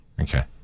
Okay